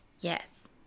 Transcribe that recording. yes